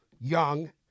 Young